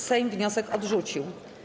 Sejm wniosek odrzucił.